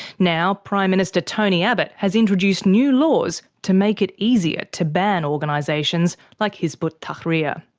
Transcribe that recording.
now prime minister tony abbott has introduced new laws to make it easier to ban organisations like hizb ut-tahrir.